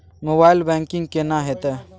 Mobile banking केना हेते?